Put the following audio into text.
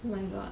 oh my god